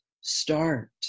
start